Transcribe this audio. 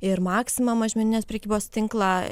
ir maxima mažmeninės prekybos tinklą